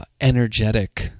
energetic